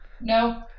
No